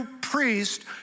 priest